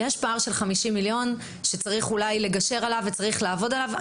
יש פער של 50 מיליון שקלים שאולי צריך לגשר עליו וצריך לעבוד עליו.